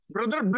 Brother